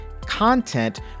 content